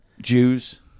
Jews